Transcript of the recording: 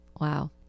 Wow